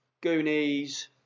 Goonies